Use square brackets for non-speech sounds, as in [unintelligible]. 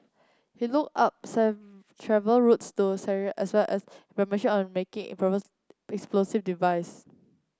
he looked up [unintelligible] travel routes to Syria as well as information on making improvised explosive device